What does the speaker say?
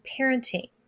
parenting